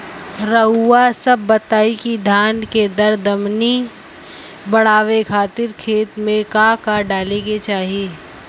रउआ सभ बताई कि धान के दर मनी बड़ावे खातिर खेत में का का डाले के चाही?